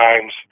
times